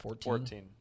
Fourteen